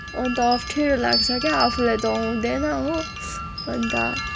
अन्त अप्ठ्यारो लाग्छ क्या आफूलाई त आउँदैन हो अन्त